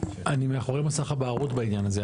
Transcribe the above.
אני מאחורי מסך הבערות בעניין הזה,